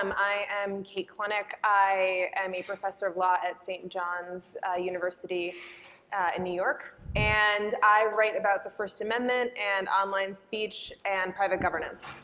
um i am kate klonick, i am a professor of law at st. john's university in new york. and i write about the first amendment and online speech and private governance.